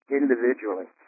individually